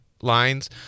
lines